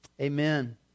Amen